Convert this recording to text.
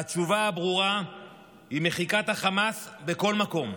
והתשובה הברורה היא מחיקת החמאס בכל מקום,